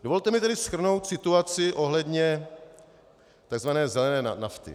Dovolte mi tedy shrnout situaci ohledně tzv. zelené nafty.